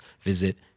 visit